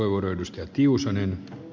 arvoisa puhemies